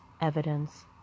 Evidence